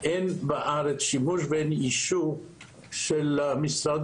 אין בארץ שימוש ואין אישור של משרד